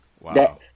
Wow